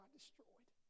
destroyed